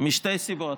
משתי סיבות: